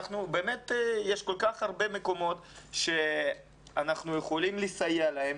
יש כל כך הרבה מקומות שאנחנו יכולים לסייע להם